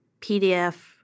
PDF